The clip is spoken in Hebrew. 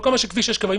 לא כמה שכביש 6 קבע.